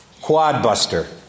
Quadbuster